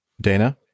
Dana